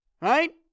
right